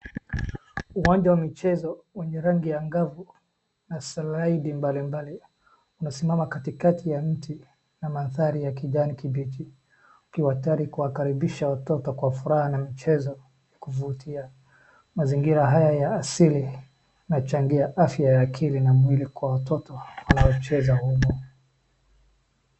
Uwanja wa michezo, wenye rangi ya angavu na slide mbali mbali unasimama katikati ya miti na mandhari ya kijani kibichi ukiwa tayari kuwakaribisha watoto kwa furaha na michezo ya kuvutia. Mazingira haya ya asili yanachangia afya ya akili na mwili kwa watoto wanaocheza humu.